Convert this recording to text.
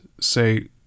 say